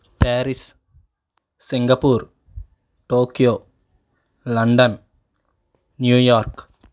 Paris Singapore Tokyo London New York